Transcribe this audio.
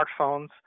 smartphones